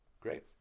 great